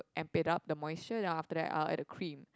embed up the moisture then after that I'll add the cream